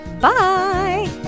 bye